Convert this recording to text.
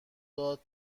داد